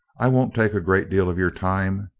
i won't take a great deal of your time.